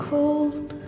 cold